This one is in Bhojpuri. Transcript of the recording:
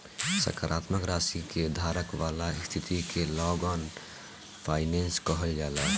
सकारात्मक राशि के धारक वाला स्थिति के लॉन्ग फाइनेंस कहल जाला